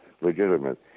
legitimate